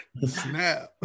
Snap